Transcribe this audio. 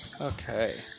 Okay